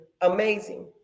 amazing